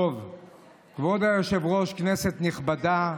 כבוד היושב-ראש, כנסת נכבדה,